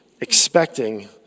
expecting